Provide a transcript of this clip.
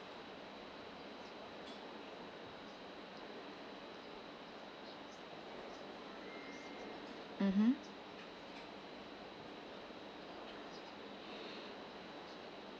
mmhmm